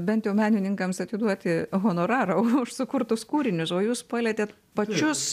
bent jau menininkams atiduoti honorarą už sukurtus kūrinius o jūs palietėt pačius